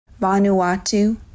Vanuatu